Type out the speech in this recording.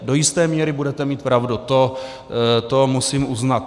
Do jisté míry budete mít pravdu, to musím uznat.